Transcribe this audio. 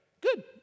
Good